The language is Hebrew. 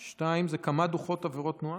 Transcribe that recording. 2. כמה דוחות עבירות תנועה,